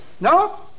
No